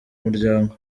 muryango